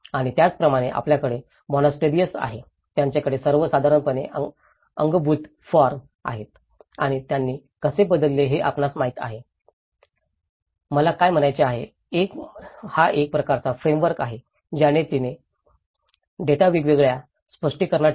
आणि त्याचप्रमाणे त्यांच्याकडे मोनास्टरीएस आहेत त्यांच्याकडे सर्वसाधारणपणे अंगभूत फॉर्म आहे आणि त्यांनी कसे बदलले हे आपल्याला माहित आहे मला काय म्हणायचे आहे हा एक प्रकारचा फ्रेमवर्क आहे ज्याने तिने डेटा वेगवेगळ्या स्पष्टीकरणात ठेवला